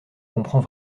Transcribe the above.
comprend